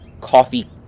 coffee